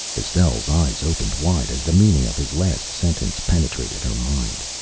estelle's eyes opened wide as the meaning of his last sentence penetrated her mind.